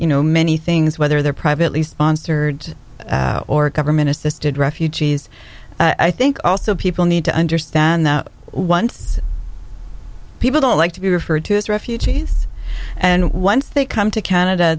you know many things whether they're privately sponsored or government assisted refugees i think also people need to understand that once people don't like to be referred to as refugees and once they come to canada